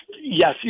yes